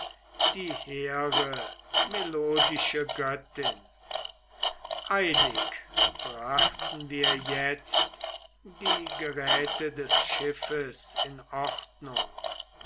die hehre melodische göttin eilig brachten wir jetzt die geräte des schiffes in ordnung